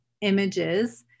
images